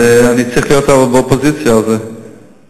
אז הרי אני צריך להיות באופוזיציה, לא.